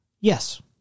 Yes